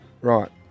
Right